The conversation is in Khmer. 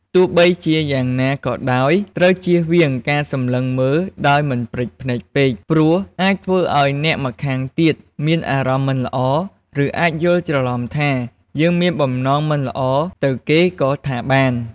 ទោះជាយ៉ាងណាក៏ដោយ ត្រូវចៀសវាងការសម្លឹងមើលដោយមិនព្រិចភ្នែកពេក ព្រោះអាចធ្វើឲ្យអ្នកម្ខាងទៀតមានអារម្មណ៍មិនល្អ ឬអាចយល់ច្រឡំថាយើងមានបំណងមិនល្អទៅគេក៍ថាបាន។